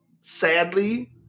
Sadly